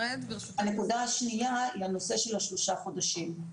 הנקודה השניה היא הנושא של השלושה חודשים.